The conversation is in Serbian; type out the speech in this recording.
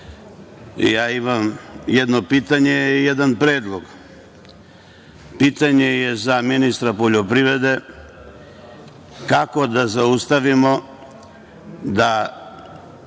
ja imam jedno pitanje i jedan predlog. Pitanje je za ministra poljoprivrede – kako da zaustavimo da